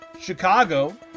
Chicago